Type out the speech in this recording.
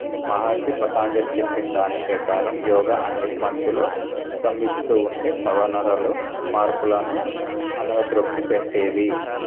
మహర్షి పతాంజలి చెప్పినదాన్ని ప్రకారం యోగ అనేది మనుషులు శ్రమిస్తూ ఉండే శవనరాల్లో మార్పులను అనగ త్రొక్కిపెట్టేది